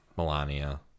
Melania